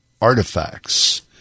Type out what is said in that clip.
artifacts